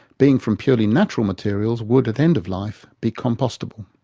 being from purely natural materials, would, at end-of-life, be compostable.